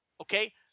okay